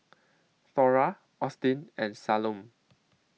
Thora Austin and Salome